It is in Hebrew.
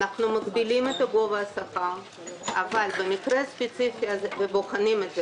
אנחנו מגבילים את גובה השכר ובוחנים את זה.